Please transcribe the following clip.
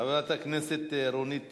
חברת הכנסת רונית תירוש,